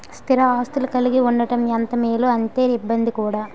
స్థిర ఆస్తులు కలిగి ఉండడం ఎంత మేలో అంతే ఇబ్బంది కూడా